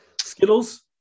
Skittles